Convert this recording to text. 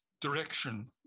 direction